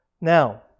Now